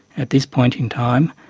at this point in time,